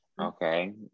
Okay